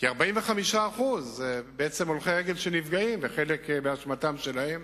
כי 45% הם הולכי רגל שנפגעים, וחלק באשמתם שלהם,